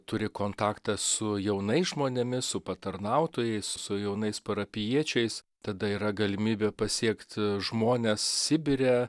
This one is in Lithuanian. turi kontaktą su jaunais žmonėmis su patarnautojais su jaunais parapijiečiais tada yra galimybė pasiekt žmones sibire